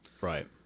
Right